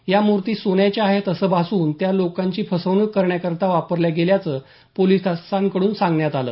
या मूर्ती सोन्याच्या आहेत असं भासवून त्या लोकांची फसवणूक करण्याकरता वापरल्या गेल्याचं पोलिसांकडून सांगण्यात आलं